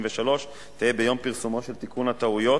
33 תהא ביום פרסומו של תיקון הטעויות,